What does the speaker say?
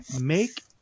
Make